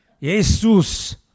Jesus